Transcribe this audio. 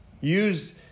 Use